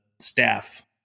staff